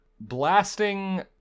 blasting